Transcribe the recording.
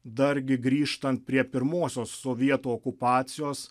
dargi grįžtant prie pirmosios sovietų okupacijos